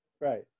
Right